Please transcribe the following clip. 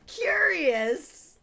curious